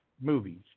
movies